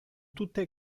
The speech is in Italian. tutte